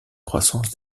croissance